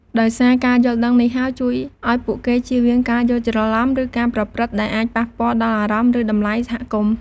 ដោយសារការយល់ដឹងនេះជួយឱ្យពួកគេចៀសវាងការយល់ច្រឡំ ឬការប្រព្រឹត្តដែលអាចប៉ះពាល់ដល់អារម្មណ៍ ឬតម្លៃសហគមន៍។